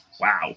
wow